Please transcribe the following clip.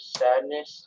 sadness